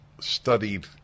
studied